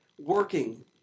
working